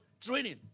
training